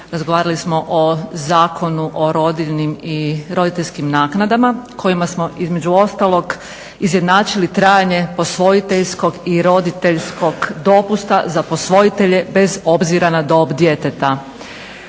razgovarali smo o Zakonu o rodiljnim i roditeljskim naknadama kojima smo između ostalog izjednačili trajanje posvojiteljskog i roditeljskog dopusta za posvojitelje bez obzira na dob djeteta.